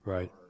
Right